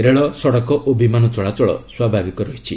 ରେଳ ସଡ଼କ ଓ ବିମାନ ଚଳାଚଳ ସ୍ୱଭାବିକ ରହିଛି